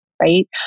right